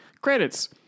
Credits